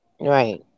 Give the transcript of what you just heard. Right